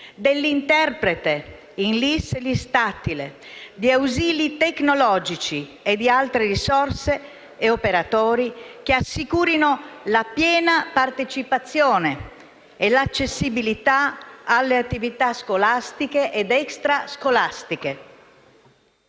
dell'interprete in LIS e LIS tattile, di ausili tecnologici, di altre risorse e di operatori che assicurino la piena partecipazione e l'accessibilità alle attività scolastiche ed extrascolastiche.